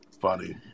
funny